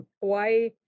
hawaii